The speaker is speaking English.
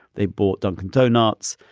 they bought dunkin donuts.